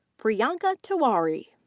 priyanka tiwari.